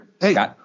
Hey